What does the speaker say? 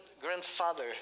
grandfather